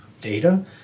data